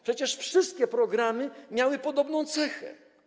Przecież wszystkie programy miały podobną cechę.